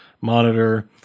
monitor